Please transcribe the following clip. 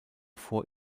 vor